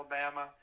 Alabama